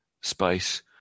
space